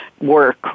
work